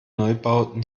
neubauten